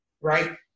Right